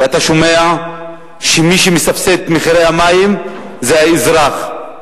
ואתה שומע שמי שמסבסד את מחירי המים זה האזרח,